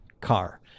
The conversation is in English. car